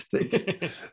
thanks